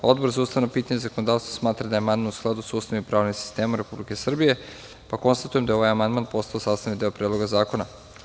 Odbor za ustavna pitanja i zakonodavstvo smatra da je amandman u skladu sa Ustavom i pravnim sistemom Republike Srbije, pa konstatujem da je ovaj amandman postavo sastavni deo Predloga zakona.